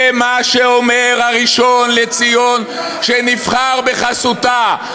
זה מה שאומר הראשון לציון שנבחר בחסותה.